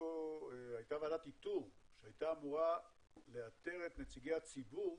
הייתה ועדת איתור שהייתה אמורה לאתר את נציגי הציבור